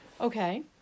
Okay